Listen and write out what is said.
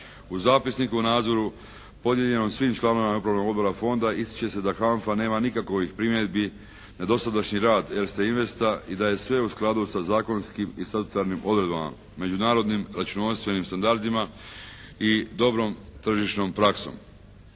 U zapisniku o nadzoru podijeljenom svim članovima Upravnog odbora Fonda ističe se da HANFA nema nikakovih primjedbi na dosadašnji rad Erste investa i da je sve u skladu sa zakonskim i socijalnim odredbama, međunarodnim računovodstvenim standardima i dobrom tržišnom praksom.